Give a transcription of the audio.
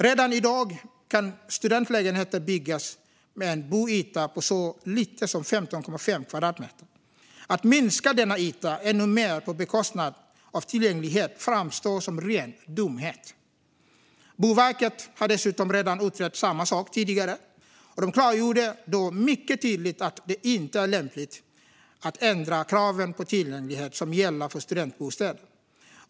Redan i dag kan studentlägenheter byggas med en boyta på så lite som 15,5 kvadratmeter. Att minska denna yta ännu mer på bekostnad av tillgänglighet framstår som ren dumhet. Boverket har dessutom redan utrett detta tidigare, och de klargjorde då mycket tydligt att det inte är lämpligt att ändra de krav på tillgänglighet som gäller för studentbostäder.